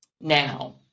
Now